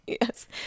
Yes